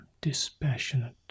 dispassionate